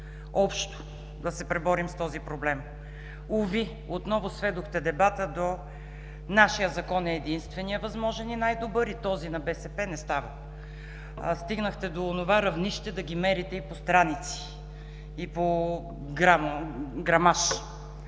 общо да се преборим с този проблем. Уви! Отново сведохте дебата до: нашият закон е единственият възможен и най-добър и този на БСП – не става. Стигнахте до равнище да ги мерите и по страници, и по грамаж.